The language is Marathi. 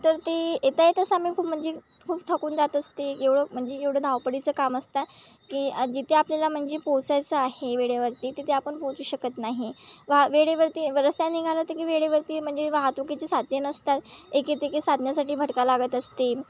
तर ते येता येताच आम्ही खूप म्हणजे खूप थकून जात असते एवढं म्हणजे एवढं धावपळीचं काम असतं की जिथे आपल्याला म्हणजे पोचायचं आहे वेळेवरती तिथे आपण पोहचू शकत नाही वाह वेळेवरती वरत्या निघालं तर की वेळेवरती म्हणजे वाहतुकीची साधने नसतात एकेत एकी साधण्यासाठी भटकावं लागत असते